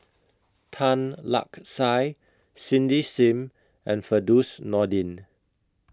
Tan Lark Sye Cindy SIM and Firdaus Nordin